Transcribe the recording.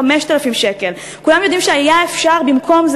אז הוא הכפיל ב-3.5% שהוא יגבה כמס רכישה,